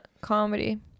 comedy